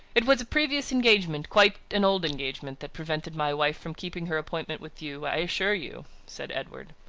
it was a previous engagement, quite an old engagement, that prevented my wife from keeping her appointment with you, i assure you, said edward.